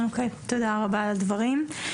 אוקיי, תודה רבה על הדברים.